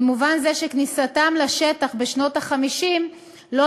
במובן זה שכניסתם לשטח בשנות ה-50 לא